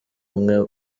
umwe